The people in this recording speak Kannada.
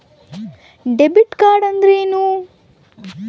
ಡೆಬಿಟ್ ಕಾರ್ಡ್ ಅಂದ್ರೇನು?